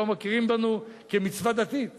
שכמצווה דתית,